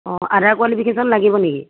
অঁ under qualification লাগিব নেকি